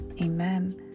Amen